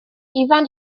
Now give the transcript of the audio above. ifan